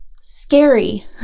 scary